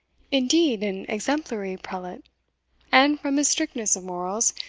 indeed an exemplary prelate and, from his strictness of morals,